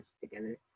together